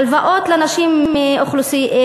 הלוואות לנשים ערביות,